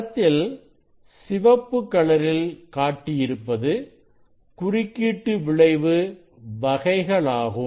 படத்தில் சிவப்பு கலரில் காட்டியிருப்பது குறுக்கீட்டு விளைவு வகைகளாகும்